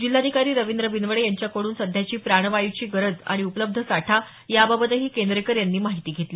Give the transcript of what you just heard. जिल्हाधिकारी रविंद्र बिनवडे यांच्याकडून सध्याची प्राणवायूची गरज आणि उपलब्ध साठा याबाबतही केंद्रेकर यांनी माहिती घेतली